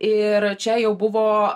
ir čia jau buvo